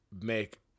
make